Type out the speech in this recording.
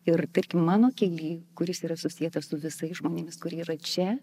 ir tarkim mano kely kuris yra susietas su visais žmonėmis kurie yra čia